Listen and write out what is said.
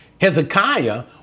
Hezekiah